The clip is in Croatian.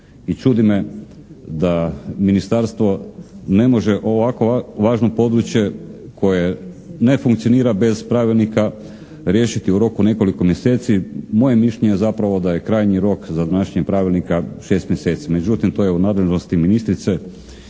i čudi me da Ministarstvo ne može ovako važno područje koje ne funkcionira bez Pravilnika riješiti u roku nekoliko mjeseci. Moje je mišljene zapravo da je krajnji rok za donašanje Pravilnika 6 mjeseci. Međutim to je u nadležnosti ministrice